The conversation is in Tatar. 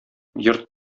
йорт